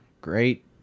Great